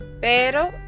pero